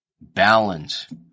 Balance